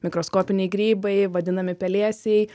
mikroskopiniai grybai vadinami pelėsiai